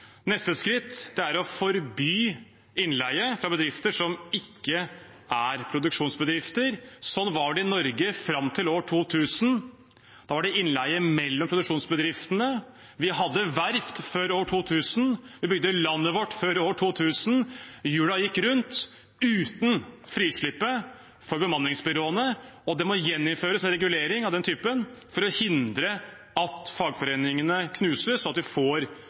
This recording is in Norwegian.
Neste skritt er å forby innleie fra bedrifter som ikke er produksjonsbedrifter. Sånn var det i Norge fram til år 2000. Da var det innleie mellom produksjonsbedriftene. Vi hadde verft før år 2000, vi bygde landet vårt før år 2000. Hjulene gikk rundt uten frislippet for bemanningsbyråene. Det må gjeninnføres en regulering av den typen for å hindre at fagforeningene knuses og vi får tilstander som vi har sett på verftene de